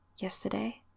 Yesterday